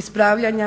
ispravljanja